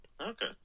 Okay